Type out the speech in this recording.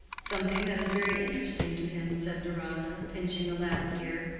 something that is very interesting to him, said deronda, pinching the lad's ear,